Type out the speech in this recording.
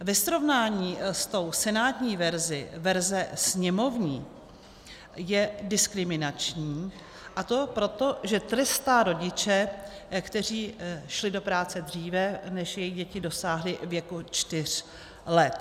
Ve srovnání se senátní verzí je verze sněmovní diskriminační, a to proto, že trestá rodiče, kteří šli do práce dříve, než jejich děti dosáhly věku čtyř let.